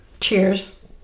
Cheers